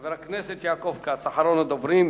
חבר הכנסת יעקב כץ, אחרון הדוברים.